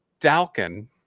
Dalkin